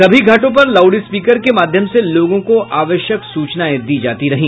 सभी घाटों पर लॉउड स्पीकर के माध्यम से लोगों को आवश्यक सूचनाएं दी जाती रही